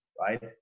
right